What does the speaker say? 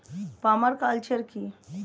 Parma culture কি?